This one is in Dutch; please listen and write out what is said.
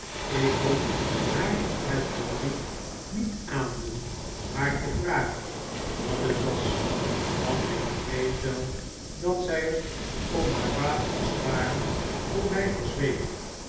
ik kon haar het verdriet niet aandoen haar te vragen wat het was want ik begreep wel dat zij het om haar vader te sparen voor mij verzweeg